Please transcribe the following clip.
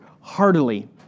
heartily